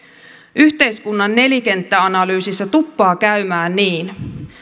yhteiskunnan nelikenttäanalyysissä tuppaa käymään niin